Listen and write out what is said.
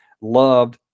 loved